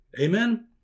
Amen